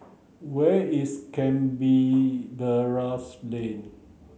where is Lane